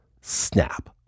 snap